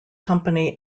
company